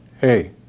hey